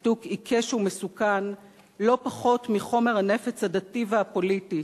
תקתוק עיקש ומסוכן לא פחות מחומר הנפץ הדתי והפוליטי